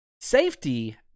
safety